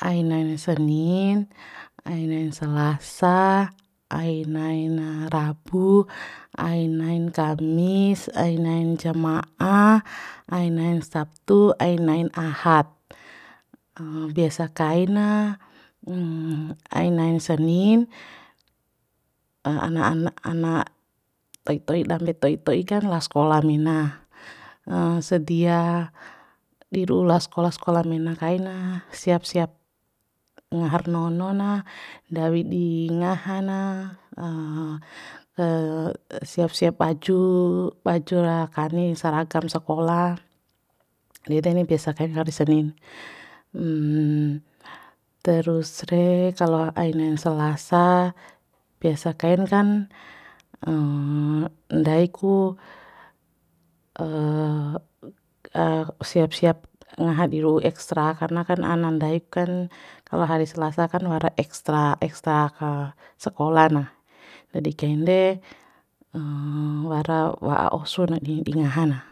Ai nain senin, ai nain selasa, ai naina rabu, ai nain kamis, ai nain jama'a, ai nain sabtu, ai nain ahad biasa kaina ai nain senin ana ana ana to'i to'i dambe to'i to'i kan lao skola mena sedia di ru'u lao skola skola mena kaina siap siap ngahar nono na ndawi di ngaha na siap siap baju baju ra kani saragam sakola nede ni biasa kain hari senin terus re kalo ai nain selasa biasa kain kan ndai ku siap siap ngaha diru'u eksra karna kan ana ndaik kan kalo hari selasa kan wara extra extra ka sekola na nadi kain re wara wa'a osu na ni di ngaha na